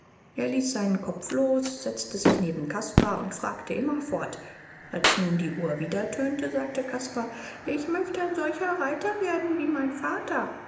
er ließ seinen kopf los setzte sich neben caspar und fragte immerfort als nun die uhr wieder tönte sagte caspar ich möcht ein solcher reiter werden wie mein vater